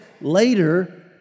later